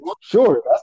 Sure